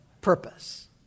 purpose